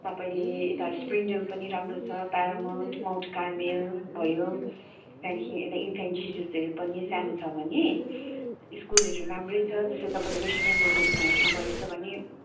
तपाईँले यता स्प्रिङडेल पनि राम्रो छ प्यारामाउन्ट माउन्ट कार्मेल भयो त्यहाँदेखि यता इन्फन्ट जिजसहरू पनि सानो छ भने स्कुलहरू राम्रै छ त्यस्तो तपाईँले वेस्ट बङ्गाल बोर्डमा हेर्नुभएछ भने